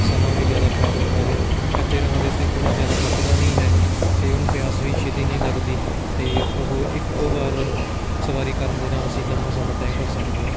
ਸਮਾਂ ਵੀ ਜ਼ਿਆਦਾ ਖ਼ਰਾਬ ਹੁੰਦਾ ਹੈ ਕੱਚੇ ਰਾਹਾਂ ਦੇ ਉੱਤੇ ਘੋੜਾ ਜ਼ਿਆਦਾ ਥੱਕਦਾ ਨਹੀਂ ਹੈ ਅਤੇ ਉਹਨੂੰ ਪਿਆਸ ਵੀ ਛੇਤੀ ਨਹੀਂ ਲੱਗਦੀ ਅਤੇ ਉਹ ਇੱਕੋ ਵਾਰ ਸਵਾਰੀ ਕਰਨ ਦੇ ਨਾਲ ਅਸੀਂ ਲੰਬਾ ਸਮਾਂ ਤੈਅ ਕਰ ਸਕਦੇ ਹਾਂ